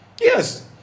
Yes